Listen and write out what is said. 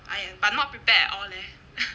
!aiya! but not prepared at all leh